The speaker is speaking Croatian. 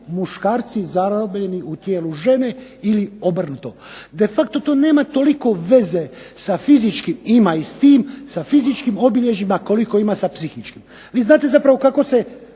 muškarci zarobljeni u tijelu žene ili obrnuto. De facto to nema toliko veze sa fizičkim, ima i s tim, sa fizičkim obilježjima koliko ima sa psihičkim. Vi znate zapravo kako se,